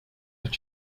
did